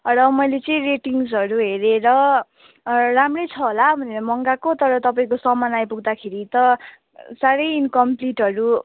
र मैले चाहिँ रेटिङ्सहरू हेरेर राम्रै छ होला भनेर मगाएको तर तपाईँको सामान आइपुग्दाखेरि त साह्रै इन्कम्प्लिटहरू